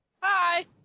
Hi